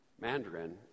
Mandarin